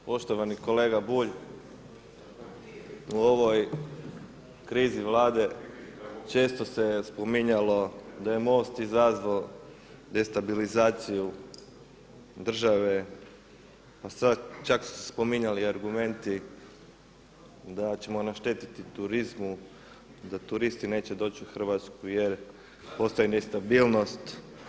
Poštovani kolega Bulj u ovoj krizi Vlade često se spominjalo da je MOST izazvao destabilizaciju države, čak su se spominjali argumenti da ćemo naštetiti turizmu, da turisti neće doći u Hrvatsku jer postoji nestabilnost.